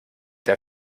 der